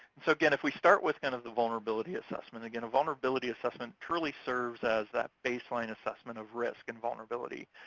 so, again, if we start with kind of the vulnerability assessment. again, a vulnerability assessment truly serves as that baseline assessment of risk and vulnerability.